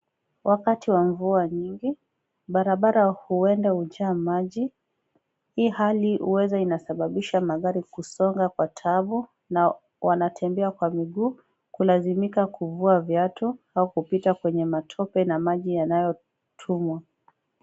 Wakati wa mvua nyingi, barabara huenda hujaa maji. Hii hali huweza inasababisha magari kusonga kwa taabu na wanatembea kwa miguu, kulazimika kuvua viatu au kupita kwenye matope na maji yanayotumwa.